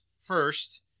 first